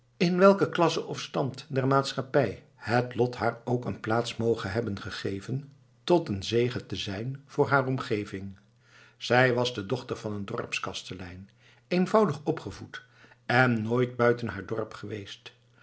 in welke klasse of stand der maatschappij het lot haar ook een plaats moge hebben gegeven tot een zegen te zijn voor hare omgeving zij was de dochter van een dorpskastelein eenvoudig opgevoed en nooit buiten haar dorp geweest